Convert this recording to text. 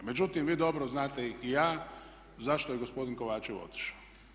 Međutim, vi dobro znate i ja zašto je gospodin Kovačev otišao.